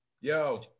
Yo